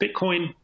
Bitcoin